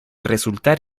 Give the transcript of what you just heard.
resultar